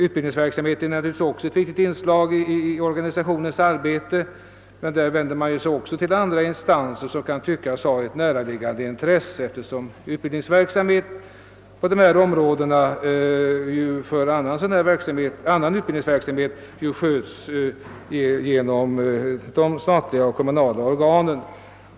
Utbildningsverksamheten är naturligtvis också ett viktigt inslag i organisationens arbete, men därvidlag vänder man sig också till andra instanser som kan tyckas ha ett näraliggande intresse eftersom all annan utbildningsverksamhet handlägges genom statliga och kommunala organ.